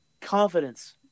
confidence